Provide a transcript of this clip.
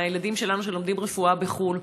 מהילדים שלנו שלומדים רפואה בחו"ל,